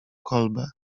kolbę